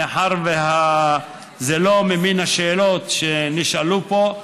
מאחר שזה לא ממין השאלות שנשאלו פה,